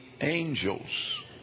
angels